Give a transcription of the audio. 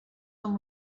amb